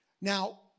Now